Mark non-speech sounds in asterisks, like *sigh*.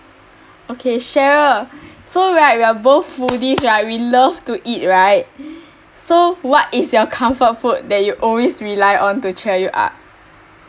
okay cheryl so right we are both foodies *noise* *laughs* right we love to eat right so what is your comfort food that you always rely on to cheer you up